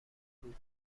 بود